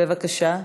בבקשה.